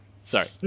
sorry